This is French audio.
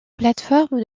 plateforme